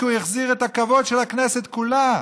כי הוא החזיר את הכבוד של הכנסת כולה.